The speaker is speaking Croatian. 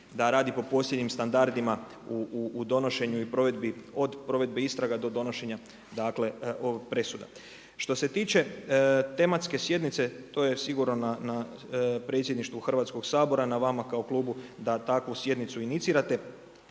da radi po posljednjim standardima u donošenju i provedbi, od provedbe istraga do donošenja presuda. Što se tiče tematske sjednice, to je sigurno na Predsjedništvu Hrvatskog sabora, na vama kao klubu da takvu sjednicu inicirate,